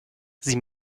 sie